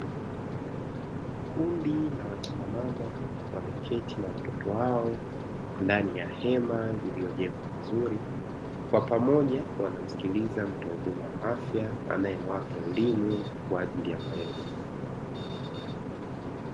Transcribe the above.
Kundi la wakina mama, wameketi na watoto wao ndani ya hema lililojengwa vizuri, kwa pamoja wanamsikiliza mtoa huduma wa afya anayewapa elimu kwa ajili ya malezi.